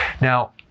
Now